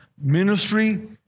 ministry